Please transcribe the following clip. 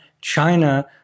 China